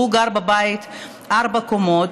הוא גר בבית עם ארבע קומות.